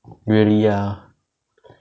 really ah